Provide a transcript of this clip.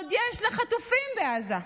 שעוד יש לה חטופים בעזה.